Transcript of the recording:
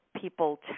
people